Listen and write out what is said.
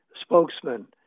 spokesman